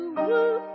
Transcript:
woo